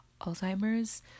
Alzheimer's